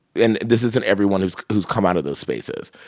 and this isn't everyone who's who's come out of those spaces.